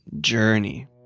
journey